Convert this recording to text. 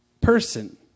person